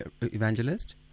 Evangelist